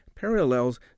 parallels